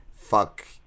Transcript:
fuck